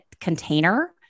container